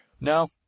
No